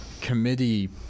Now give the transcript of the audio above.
committee –